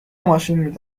ماشین